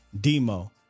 Demo